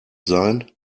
sein